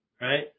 right